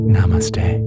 Namaste